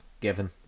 given